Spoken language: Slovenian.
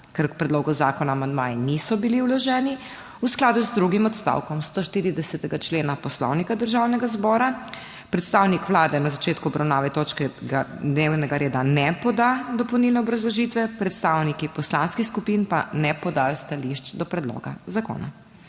k predlogu zakona amandmaji niso bili vloženi v skladu z drugim odstavkom stoštiridesetega člena Poslovnika Državnega zbora predstavnik Vlade na začetku obravnave točke dnevnega reda ne poda dopolnilne obrazložitve, predstavniki poslanskih skupin pa ne podajo stališč do predloga zakona.